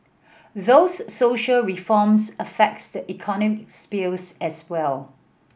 those social reforms affects the economic spheres as well